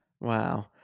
Wow